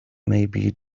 maybe